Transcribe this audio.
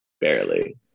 barely